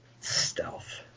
Stealth